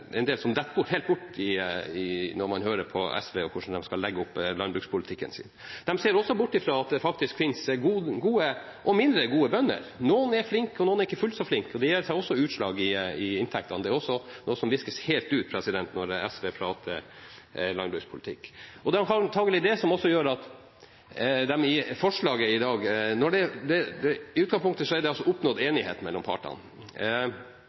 en del som faller helt bort når man hører på SV og hvordan de skal legge opp landbrukspolitikken sin. De ser også bort fra at det faktisk finnes gode og mindre gode bønder. Noen er flinke og noen er ikke fullt så flinke, og det gir seg også utslag i inntektene. Det er også noe som viskes helt ut når SV snakker landbrukspolitikk. I utgangspunktet er det altså oppnådd enighet mellom partene. Så kommer vi til Stortinget, der SV sier at dette kan vi ikke godta, forhandlingspartene er blitt enige, det